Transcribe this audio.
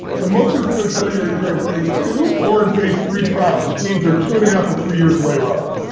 so most things i'm going to tell you are either in phase two or in phase three trials which means they're two and a half or three years away roughly.